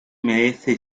merece